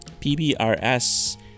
PBRS